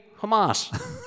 Hamas